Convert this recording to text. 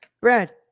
Brad